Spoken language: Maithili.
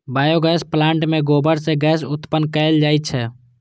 बायोगैस प्लांट मे गोबर सं गैस उत्पन्न कैल जाइ छै